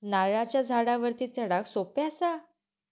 नारळाच्या झाडावरती चडाक सोप्या कसा?